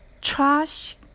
trash